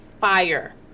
Fire